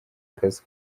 akazi